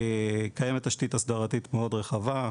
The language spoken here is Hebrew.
קיימת תשתית הסדרתית מאוד רחבה,